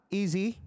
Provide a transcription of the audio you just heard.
easy